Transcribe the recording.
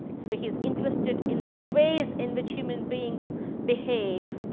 so he is interested in the ways in which human beings behave,